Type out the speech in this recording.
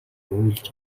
уйлж